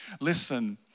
Listen